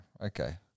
Okay